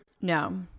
No